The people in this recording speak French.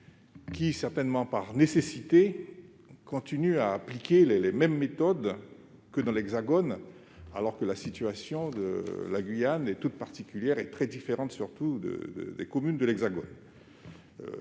qui, certainement par nécessité, continue à appliquer les mêmes méthodes que dans l'Hexagone, alors que la situation de la Guyane est toute particulière et, surtout, très différente.